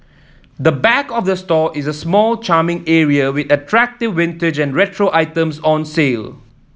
the back of the store is a small charming area with attractive vintage and retro items on sale